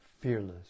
fearless